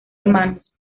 hermanos